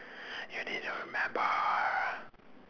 you need to remember